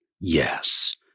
Yes